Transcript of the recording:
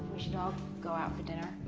we should all go out for dinner.